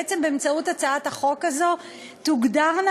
בעצם באמצעות הצעת החוק הזו תוגדרנה